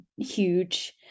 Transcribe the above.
huge